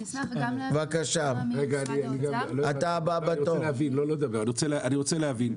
אני רוצה להבין.